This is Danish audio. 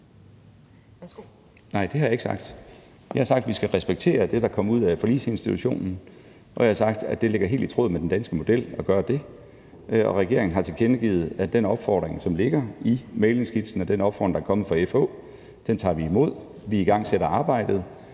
Nej, det har jeg ikke sagt. Jeg har sagt, at vi skal respektere det, der kom ud af Forligsinstitutionen, og jeg har sagt, at det ligger helt i tråd med den danske model at gøre det. Og regeringen har tilkendegivet, at den opfordring, der ligger i mæglingsskitsen, og den opfordring, der er kommet fra FH, tager vi imod, og vi igangsætter arbejdet.